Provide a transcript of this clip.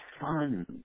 fun